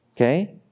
Okay